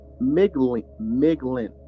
Miglin